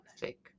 thick